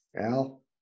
Al